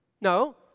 No